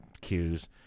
cues